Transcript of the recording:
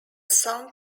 song